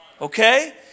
Okay